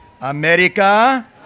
America